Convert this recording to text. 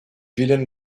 wilhelm